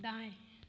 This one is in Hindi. दाएं